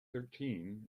thirteen